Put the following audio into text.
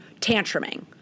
tantruming